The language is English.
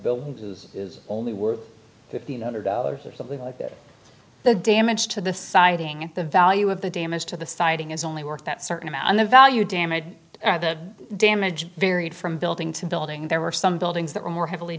buildings is is only worth fifteen hundred dollars or something like that the damage to the siding at the value of the damage to the siding is only worth that certain amount of value damage to the damage varied from building to building there were some buildings that were more heavily